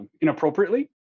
Inappropriately